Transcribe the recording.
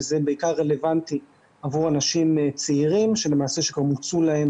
וזה רלוונטי בעיקר עבור אנשים צעירים שכבר מוצו להם